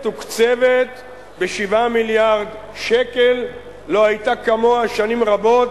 מתוקצבת ב-7 מיליארד שקל, לא היתה כמוה שנים רבות,